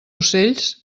ocells